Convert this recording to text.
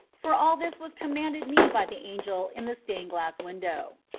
for all this was commanded me by the angel in the stained glass window.